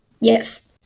Yes